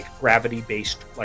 gravity-based